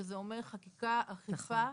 שזה אומר חקיקה ואכיפה.